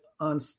on